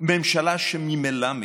ממשלה שממילא מקרטעת.